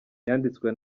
yanditswe